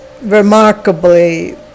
remarkably